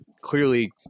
clearly